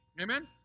Amen